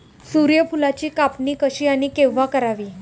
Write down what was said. सूर्यफुलाची कापणी कशी आणि केव्हा करावी?